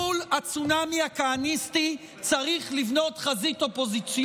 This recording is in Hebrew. מול הצונאמי הכהניסטי צריך לבנות חזית אופוזיציונית.